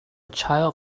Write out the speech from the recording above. child